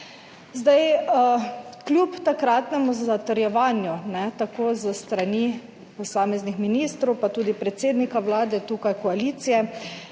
20. Kljub takratnemu zatrjevanju, tako s strani posameznih ministrov kot tudi predsednika Vlade, tukaj koalicije,